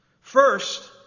First